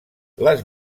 les